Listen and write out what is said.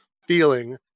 feeling